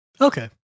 Okay